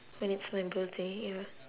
when it's my birthday ya